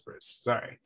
sorry